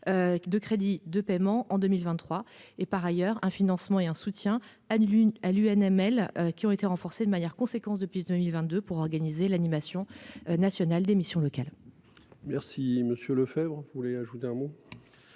De crédits de paiement en 2023 et par ailleurs un financement et un soutien Adeline à l'UNM elle qui ont été renforcés de manière conséquence depuis 2022 pour organiser l'animation national des missions locales. Merci Monsieur Lefebvre vous voulez ajouter un mot.